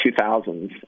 2000s